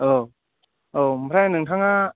औ औ ओमफ्राइ नोंथाङा